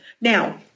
Now